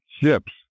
ships